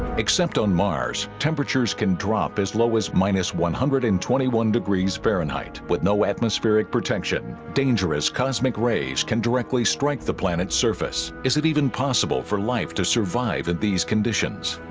except on mars temperatures can drop as low as minus one hundred and twenty one degrees fahrenheit with no atmospheric protection dangerous cosmic rays can directly strike the planet's surface is it even possible for life to survive in these conditions